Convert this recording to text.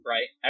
Right